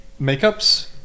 Makeups